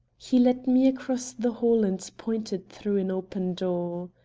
he led me across the hall and pointed through an open door.